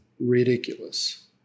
ridiculous